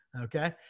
okay